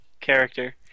character